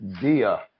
Dia